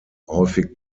häufig